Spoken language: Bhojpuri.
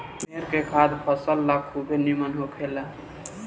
भेड़ के खाद फसल ला खुबे निमन होखेला